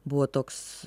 buvo toks